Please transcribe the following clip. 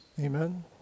Amen